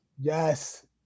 Yes